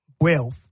wealth